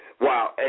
Wow